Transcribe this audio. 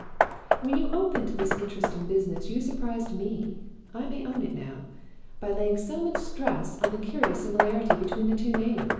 when you opened this interesting business you surprised me i may own it now by laying so much stress on the curious similarity between the two names.